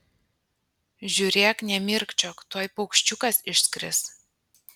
žiūrėk nemirkčiok tuoj paukščiukas išskris